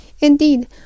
Indeed